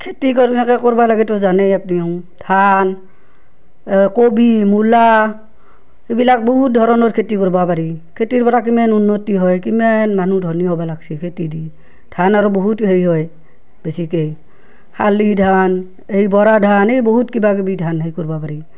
খেতি কেনেকৈ কৰিব লাগে সেইটো জানেই আপুনিও ধান কবি মূলা এইবিলাক বহুত ধৰণৰ খেতি কৰিব পাৰি খেতিৰ পৰা কিমান উন্নতি হয় কিমান মানুহ ধনী হ'ব লাগিছে খেতি দি ধান আৰু বহুত হেৰি হয় বেছিকৈ শালি ধান এই বৰা ধান এই বহুত কিবা কিবি ধান সেই কৰিব পাৰি